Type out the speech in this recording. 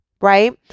right